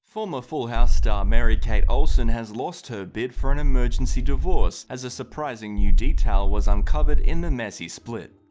former full house star mary-kate olsen has lost her bid for an emergency divorce as a surprising new detail was uncovered in the messy split.